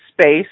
space